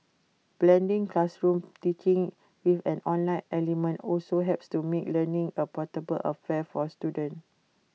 blending classroom teaching with an online element also helps to make learning A portable affair for students